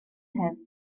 have